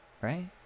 right